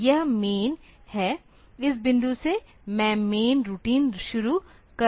तो यह मैन है इस बिंदु से मैं मैन रूटीन शुरू कर रहा हूं